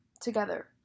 together